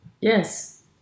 Yes